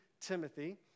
Timothy